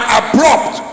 abrupt